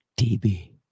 DB